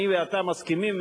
אני ואתה מסכימים,